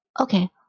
okay